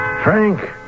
Frank